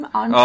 on